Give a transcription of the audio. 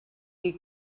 you